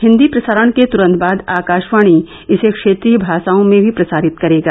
हिंदी प्रसारण के तुरंत बाद आकाशवाणी इसे क्षेत्रीय भाषाओं में भी प्रसारित करेगा